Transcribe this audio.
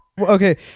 Okay